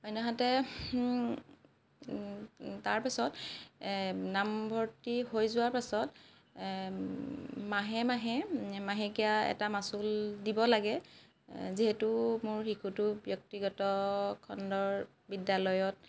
অন্যহাতে তাৰ পিছত নামভৰ্ত্তি হৈ যোৱাৰ পাছত মাহে মাহে মাহেকীয়া এটা মাচুল দিব লাগে যিহেতু মোৰ শিশুটো ব্যক্তিগত খণ্ডৰ বিদ্যালয়ত